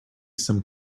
some